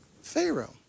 Pharaoh